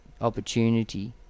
opportunity